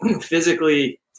physically